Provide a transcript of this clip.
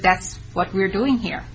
that's what we're doing here